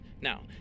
Now